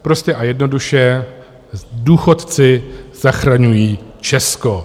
Prostě a jednoduše, důchodci zachraňují Česko.